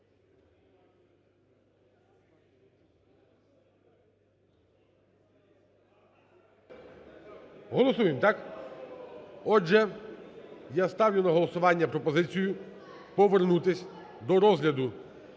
Голосуємо, так? Отже, я ставлю на голосування пропозицію повернутися до розгляду